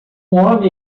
homem